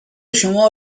شما